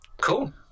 Cool